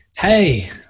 Hey